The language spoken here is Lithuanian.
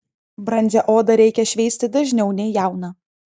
brandžią odą reikia šveisti dažniau nei jauną